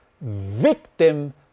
victim